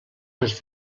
uns